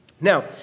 Now